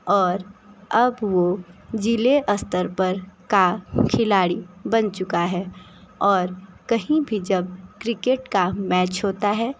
और अब वह ज़िले स्तर पर का खिलाड़ी बन चुका है और कहीं भी जब क्रिकेट का मैच होता है